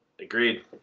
Agreed